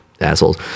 assholes